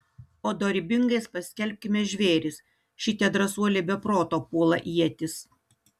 o dorybingais paskelbkime žvėris šitie drąsuoliai be proto puola ietis